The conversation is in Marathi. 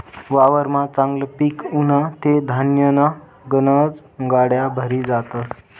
वावरमा चांगलं पिक उनं ते धान्यन्या गनज गाड्या भरी जातस